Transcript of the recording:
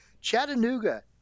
Chattanooga